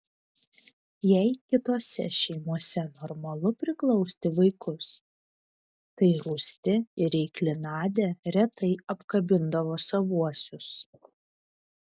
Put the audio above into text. jei kitose šeimose normalu priglausti vaikus tai rūsti ir reikli nadia retai apkabindavo savuosius